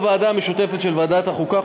ובוועדה המשותפת של ועדת החוקה,